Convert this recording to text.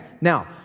Now